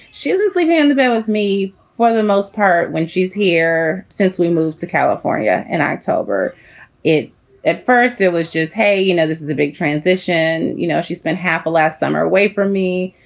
she doesn't sleep in the bed with me for the most part when she's here. since we moved to california and i told her it at first it was just, hey, you know, this is a big transition you know, she's been half last summer away from me.